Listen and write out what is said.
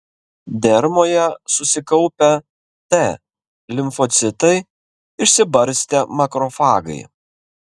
dermoje susikaupę t limfocitai išsibarstę makrofagai